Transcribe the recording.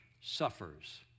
suffers